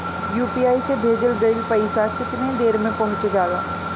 UPI से भेजल गईल पईसा कितना देर में पहुंच जाला?